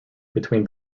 between